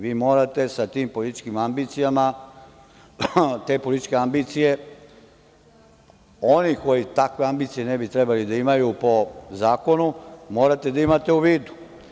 Vi morate sa tim političkim ambicijama, te političke ambicije, onih koji takve ambicije ne bi trebalo da imaju po zakonu, morate da imate u vidu.